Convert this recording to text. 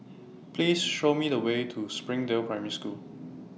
Please Show Me The Way to Springdale Primary School